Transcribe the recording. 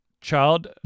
child